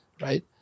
right